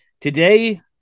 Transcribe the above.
Today